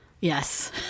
Yes